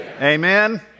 Amen